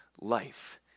life